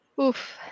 Oof